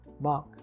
Mark